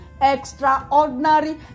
extraordinary